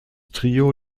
trio